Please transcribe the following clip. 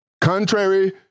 contrary